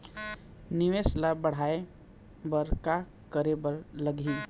निवेश ला बड़हाए बर का करे बर लगही?